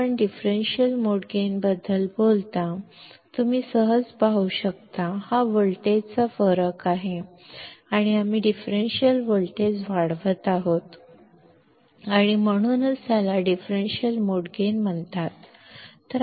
ಆದ್ದರಿಂದ ನೀವು differential mode gain ಬಗ್ಗೆ ಮಾತನಾಡುವಾಗ ನೀವು ಸುಲಭವಾಗಿ ನೋಡಬಹುದು ಇದು ವೋಲ್ಟೇಜ್ನ ವ್ಯತ್ಯಾಸವಾಗಿದೆ ಮತ್ತು ನಾವು ಡಿಫರೆನ್ಷಿಯಲ್ ವೋಲ್ಟೇಜ್ ಅನ್ನು ಅಂಪ್ಲಿಫ್ಯ್ ಮಾಡುತ್ತಿದ್ದೇವೆ ಮತ್ತು ಅದಕ್ಕಾಗಿಯೇ ಇದನ್ನು ಡಿಫರೆನ್ಷಿಯಲ್ ಮೋಡ್ ಗೈನ್ ಎಂದು ಕರೆಯಲಾಗುತ್ತದೆ